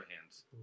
hands